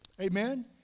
Amen